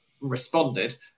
responded